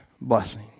blessing